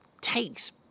takes